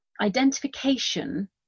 identification